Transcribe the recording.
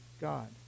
God